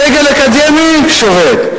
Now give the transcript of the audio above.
הסגל האקדמי שובת,